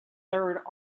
third